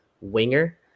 winger